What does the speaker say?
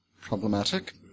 problematic